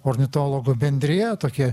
ornitologų bendrija tokie